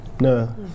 No